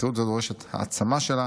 אחריות זו דורשת העצמה שלה,